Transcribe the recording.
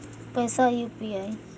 पैसा यू.पी.आई?